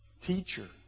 Teacher